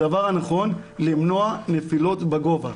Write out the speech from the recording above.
הדבר הנכון זה למנוע נפילות בגובה.